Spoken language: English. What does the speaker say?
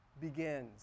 begins